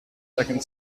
second